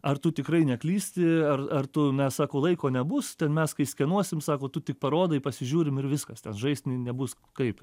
ar tu tikrai neklysti ar ar tu ne sako laiko nebus ten mes kai skenuos jam sako tu tik parodai pasižiūrim ir viskas ten žaist nebus kaip